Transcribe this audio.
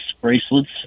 bracelets